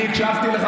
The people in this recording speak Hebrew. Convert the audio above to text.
אתה לא הקשבת לי.